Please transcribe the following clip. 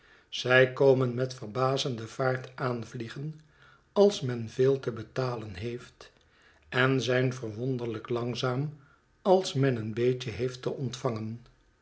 zij komen met verbazende vaart aanvliegen als men veel te betalen heeft en zijn verwonderlijk langzaam als men een beetje heeft te ontvangen